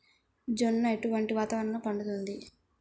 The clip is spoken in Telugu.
జొన్న ఎటువంటి వాతావరణంలో పండుతుంది?